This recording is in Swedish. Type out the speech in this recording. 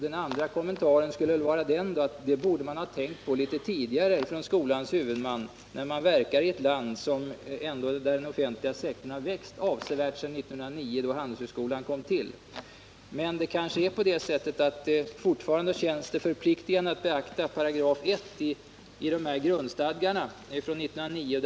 Den andra kommentaren är att det borde skolans huvudman ha tänkt på litet tidigare, då man verkar i ett land där ändå den offentliga sektorn har växt avsevärt sedan 1909, då Handelshögskolan kom till. Men det kanske är på det sättet att det fortfarande känns förpliktande att beakta 1 § i grundstadgarna från 1909.